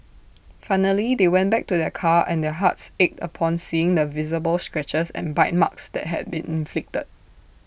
finally they went back to their car and their hearts ached upon seeing the visible scratches and bite marks that had been inflicted